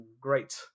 great